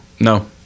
No